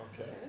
Okay